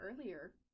earlier